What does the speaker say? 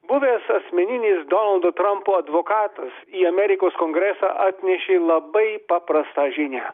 buvęs asmeninis donaldo trampo advokatas į amerikos kongresą atnešė labai paprastą žinią